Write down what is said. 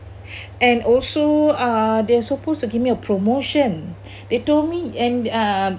and also uh they're supposed to give me a promotion they told me and uh